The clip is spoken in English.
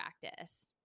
practice